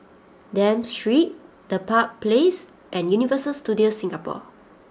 Dafne Street Dedap Place and Universal Studios Singapore